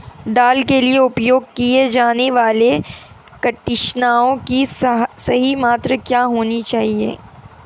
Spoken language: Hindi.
दाल के लिए उपयोग किए जाने वाले कीटनाशकों की सही मात्रा क्या होनी चाहिए?